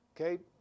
Okay